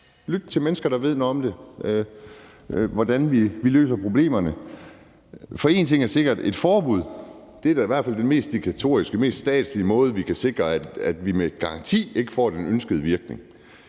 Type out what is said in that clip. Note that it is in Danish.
Lyt til mennesker, der ved noget om, hvordan vi løser problemerne. For en ting er sikker: Et forbud er i hvert fald den mest diktatoriske, mest statslige måde, hvorpå vi kan sikre, at vi med garanti ikke får den ønskede virkning.